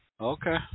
Okay